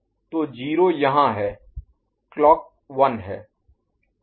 तो यह 0 यहाँ है क्लॉक 1 है